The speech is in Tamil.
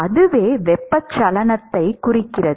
அதுவே வெப்பச்சலனத்தைக் குறிக்கிறது